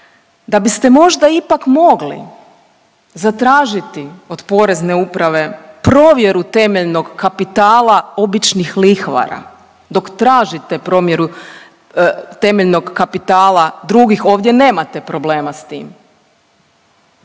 da biste možda ipak mogli zatražiti od Porezne uprave provjeru temeljnog kapitala običnih lihvara dok tražite provjeru temeljnog kapitala drugih ovdje nemate problema s tim.